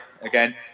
again